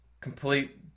complete